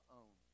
own